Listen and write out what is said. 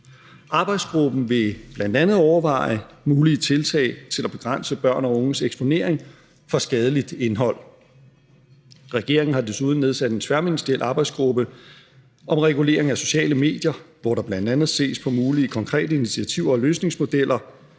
Arbejdsgruppen vil bl.a. overveje mulige tiltag til at begrænse børn og unges eksponering for skadeligt indhold. Regeringen har desuden nedsat en tværministeriel arbejdsgruppe om regulering af sociale medier, hvor der bl.a. ses på mulige konkrete initiativer og løsningsmodeller